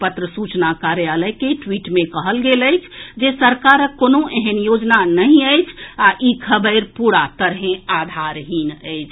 पत्र सूचना कार्यालय के ट्वीट मे कहल गेल अछि जे सरकारक कोनो एहेन योजना नहि अछि आ ई खबरि पूरा तरहें आधारहीन अछि